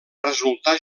resultar